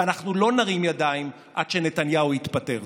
ואנחנו לא נרים ידיים עד שנתניהו יתפטר.